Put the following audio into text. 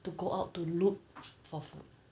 to go out to look for food